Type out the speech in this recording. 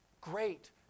Great